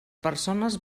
persones